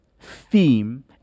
theme